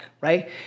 right